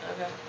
Okay